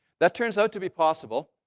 that turns out to be possible.